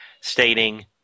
Stating